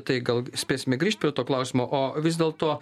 tai gal spėsime grįžt prie to klausimo o vis dėlto